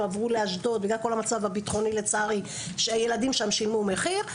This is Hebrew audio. הם עברו לאשדוד בגלל המצב הביטחוני לצערי שהילדים שם שילמו מחיר,